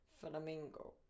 Flamingo